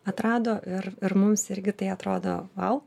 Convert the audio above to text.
atrado ir ir mums irgi tai atrodo vau